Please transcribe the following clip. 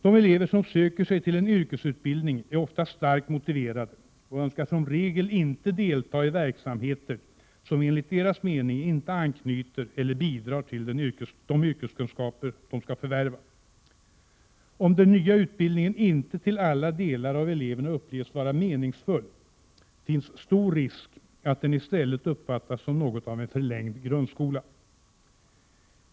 De elever som söker sig till en yrkesutbildning är ofta starkt motiverade och önskar som regel inte delta i verksamheter som enligt deras mening inte anknyter eller bidrar till de yrkeskunskaper som de skall förvärva. Om den nya utbildningen inte till alla delar av eleverna upplevs vara meningsfull, finns stor risk att den i stället uppfattas som något av en förlängd grundskola.